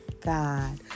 God